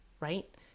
right